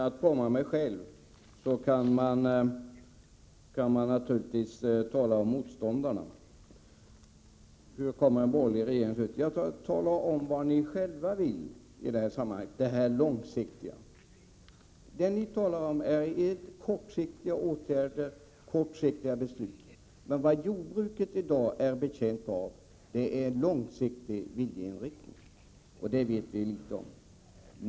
Fru talman! Om man själv har litet att komma med, kan man naturligtvis tala om motståndarna. Håkan Strömberg frågar hur en borgerlig regering kommer att se ut. Tala i stället om vad ni socialdemokrater själva vill i detta sammanhang, t.ex. i fråga om det långsiktiga! Det ni talar om är kortsiktiga åtgärder och kortsiktiga beslut, men vad jordbruket i dag är betjänt av är en långsiktig viljeinriktning, som vi vet litet om.